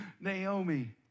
Naomi